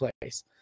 place